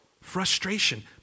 frustration